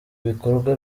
bikorwa